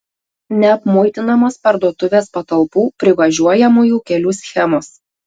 neapmuitinamos parduotuvės patalpų privažiuojamųjų kelių schemos